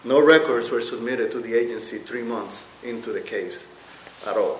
no records were submitted to the agency three months into the case but all